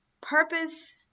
purpose